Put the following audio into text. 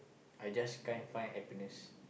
I just can't find happiness